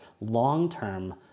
long-term